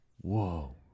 whoa